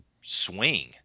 swing